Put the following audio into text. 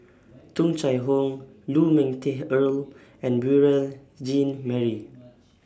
Tung Chye Hong Lu Ming Teh Earl and Beurel Jean Marie